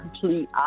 complete